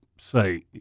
say